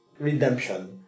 Redemption